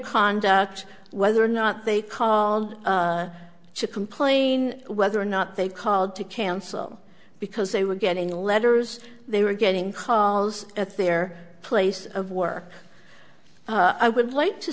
conduct whether or not they call to complain whether or not they called to cancel because they were getting letters they were getting calls at their place of work i would like to